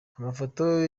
amafoto